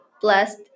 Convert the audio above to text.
blessed